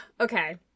Okay